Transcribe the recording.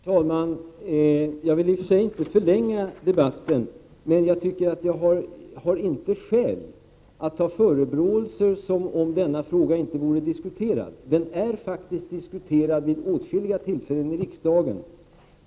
Herr talman! Jag vill i och för sig inte förlänga debatten. Men jag tycker inte att jag har skäl att ta emot förebråelser, som om denna fråga inte vore diskuterad. Den är faktiskt diskuterad vid åtskilliga tillfällen i riksdagen.